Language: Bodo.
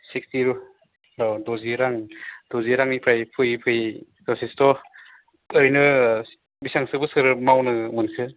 सिक्सटि रुपिस औ द'जि रां द'जि रांनिफ्राय फैयै फैयै जसेस्थ' ओरैनो बेसेबांसो बोसोर मावनो मोनखो